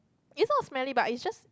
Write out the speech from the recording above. it's not smelly but then it's just